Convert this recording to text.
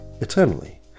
eternally